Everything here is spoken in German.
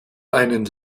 einen